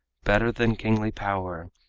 better than kingly power,